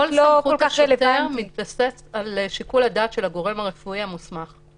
כל סמכות השוטר מתבססת של שיקול הדעת של הגורם הרפואי המוסמך.